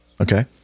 okay